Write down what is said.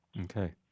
Okay